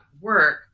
work